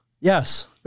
yes